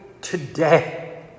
today